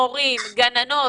מורים גננות,